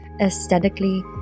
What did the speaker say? aesthetically